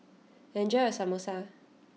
enjoy your Samosa